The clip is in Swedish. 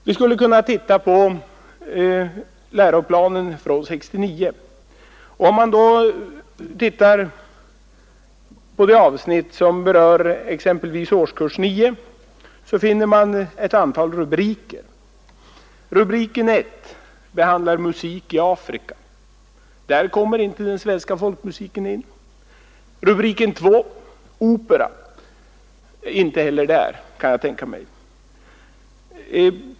Vi skulle kunna titta på läroplanen från 1969. I exempelvis det avsnitt som berör årskurs 9 finner man ett antal rubriker. Rubriken 1 behandlar Musik i Afrika. Där kommer inte den svenska folkmusiken in. Rubriken 2 är Opera. Inte heller där kan jag tänka mig att den kommer in.